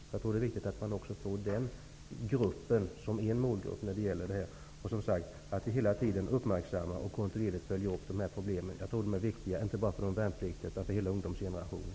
Det är en målgrupp i detta sammanhang. Hela tiden måste vi uppmärksamma och kontinuerligt följa upp dessa problem. De är viktiga, inte bara för de värnpliktiga utan för hela ungdomsgenerationen.